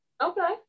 Okay